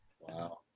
wow